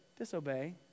Disobey